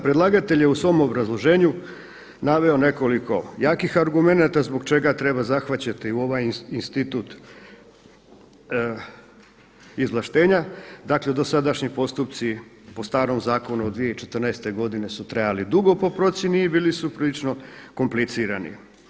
Predlagatelj je u svom obrazloženju naveo nekoliko jakih argumenata zbog čega treba zahvaćati u ovaj institut izvlaštenja, dakle dosadašnji postupci po starom zakonu od 2014. godine su trajali dugo po procjeni i bili su prilično komplicirani.